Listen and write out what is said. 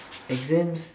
exams